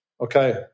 okay